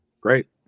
Great